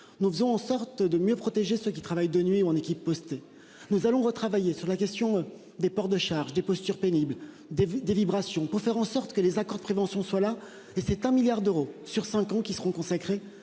nous faisons en sorte de mieux protéger ceux qui travaillent de nuit ou en équipe Posté, nous allons retravailler sur la question des ports de charges des postures pénibles des des vibrations pour faire en sorte que les accords de prévention soit là et c'est un milliard d'euros sur 5 ans, qui seront consacrés